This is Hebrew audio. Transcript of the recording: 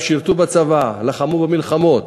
גם שירתו בצבא, לחמו במלחמות,